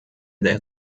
der